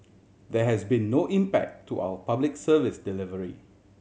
there has been no impact to our Public Service delivery